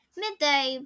midday